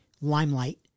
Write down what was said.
Limelight